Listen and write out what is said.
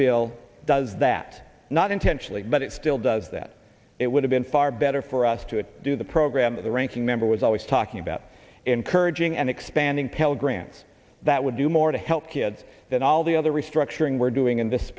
bill does that not intentionally but it still does that it would have been far better for us to do the program in the ranking member was always talking about encouraging and expanding telegrams that would do more to help kids than all the other restructuring we're doing in this